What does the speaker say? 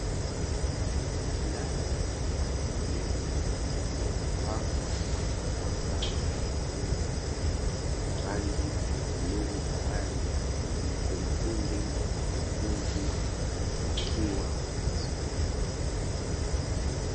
Ndani ya darasa lililopambwa kwa mwanga wa kupendeza, na rangi ya buluu bahari kuna kundi la wanafunzi wakiwa wanajisomea.